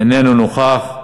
איננו נוכח.